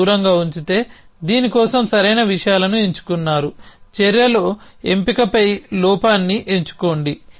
కొంత దూరంగా ఉంచితే దీని కోసం సరైన విషయాలను ఎంచుకున్నారు చర్యలో ఎంపికపై లోపాన్ని ఎంచుకోండి